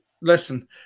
listen